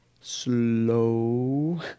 Slow